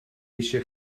eisiau